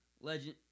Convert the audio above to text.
legend